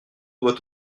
doit